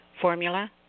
formula